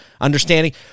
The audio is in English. understanding